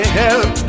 help